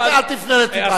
אל תפנה לטיבייב.